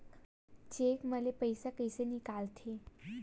Cheque म ले पईसा कइसे निकलथे?